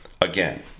Again